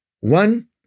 One